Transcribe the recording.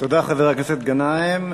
תודה, חבר הכנסת גנאים.